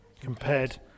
compared